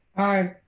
aye,